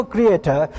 Creator